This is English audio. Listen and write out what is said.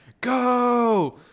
go